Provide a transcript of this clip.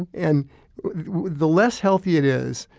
and and the less healthy it is,